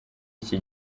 iki